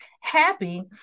happy